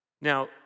Now